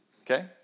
Okay